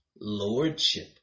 lordship